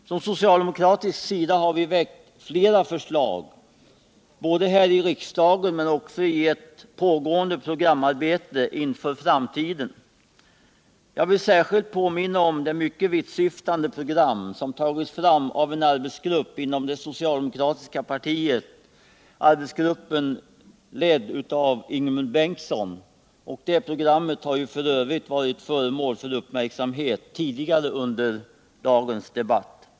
Från socialdemokratisk sida har vi väckt flera förslag både här i riksdagen och i ett pågående programarbete inför framtiden. Jag vill särskilt påminna om det mycket vittsyftande program som har tagits fram av en arbetsgrupp inom det socialdemokratiska partiet, ledd av Ingemund Bengtsson. Detta program har f. ö. varit föremål för uppmärksamhet tidigare under dagens debatt.